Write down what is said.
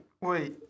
Wait